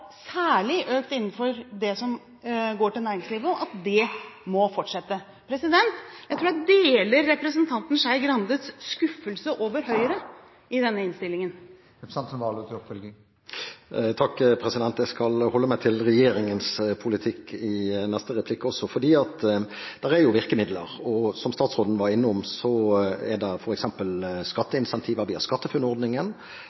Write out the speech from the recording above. særlig økt innenfor det som går til næringslivet, og at det må fortsette. Jeg tror jeg deler representanten Skei Grandes skuffelse over Høyre i denne innstillingen. Jeg skal holde meg til regjeringens politikk i neste replikk også. Det er jo virkemidler, og som statsråden var innom, er det